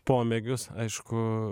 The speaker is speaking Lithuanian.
pomėgius aišku